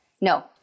No